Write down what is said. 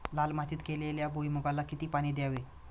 लाल मातीत केलेल्या भुईमूगाला किती पाणी द्यावे?